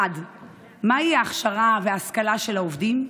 1. מהי ההכשרה וההשכלה של העובדים?